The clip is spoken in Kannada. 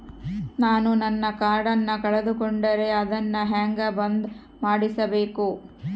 ನಾನು ನನ್ನ ಕಾರ್ಡನ್ನ ಕಳೆದುಕೊಂಡರೆ ಅದನ್ನ ಹೆಂಗ ಬಂದ್ ಮಾಡಿಸಬೇಕು?